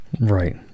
right